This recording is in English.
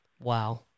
Wow